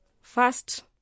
First